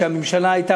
כשהממשלה הייתה,